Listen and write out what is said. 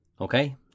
Okay